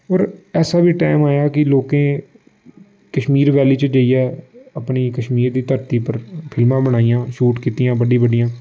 होर ऐसा बी टैम आया कि लोकें कश्मीर वैली च जेइयै अपनी कश्मीर दी धरती पर फिल्मां बनाइयां शूट कीतियां बड्डी बड्डियां